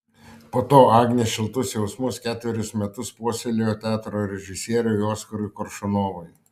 po to agnė šiltus jausmus ketverius metus puoselėjo teatro režisieriui oskarui koršunovui